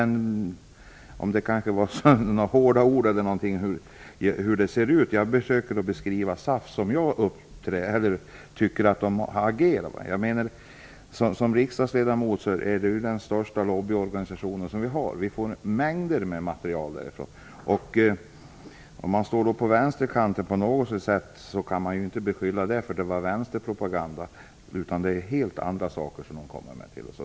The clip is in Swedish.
Jag vet inte om jag använde hårda ord, jag försöker beskriva SAF så som jag upplever att organisationen har agerat. Som riksdagsledamöter vet vi att SAF är den största lobbyorganisationen. Vi får mängder av material därifrån. Man kan inte precis beskylla det för att vara vänsterpropaganda. Det är helt andra saker som de kommer med.